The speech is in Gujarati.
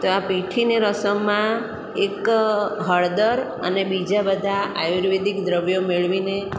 તો આ પીઠીની રસમમાં એક હળદર અને બીજા બધા આયુર્વેદિક દ્રવ્યો મેળવીને